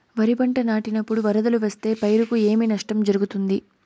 వరిపంట నాటినపుడు వరదలు వస్తే పైరుకు ఏమి నష్టం జరుగుతుంది?